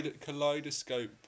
Kaleidoscope